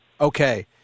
okay